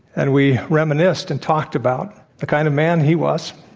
and we reminisced and talked about the kind of man he was